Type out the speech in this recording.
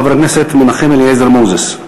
חבר הכנסת מנחם אליעזר מוזס.